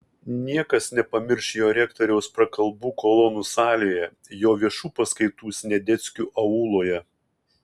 niekas nepamirš jo rektoriaus prakalbų kolonų salėje jo viešų paskaitų sniadeckių auloje